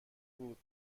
بود